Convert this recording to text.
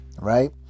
right